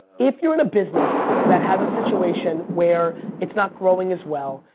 if you're in a business that has a situation where it's not growing as well,